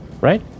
right